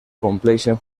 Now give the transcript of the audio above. compleixen